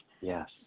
Yes